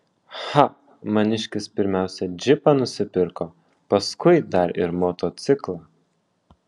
cha maniškis pirmiausia džipą nusipirko paskui dar ir motociklą